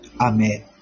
Amen